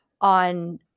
on